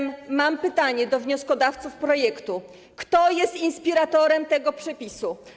Mam zatem pytania do wnioskodawców projektu: Kto jest inspiratorem tego przepisu?